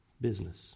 business